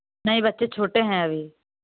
नहीं बच्चे छोटे हैं अभी